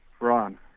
Ron